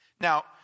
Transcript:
Now